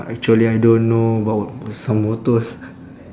actually I don't know about what some motors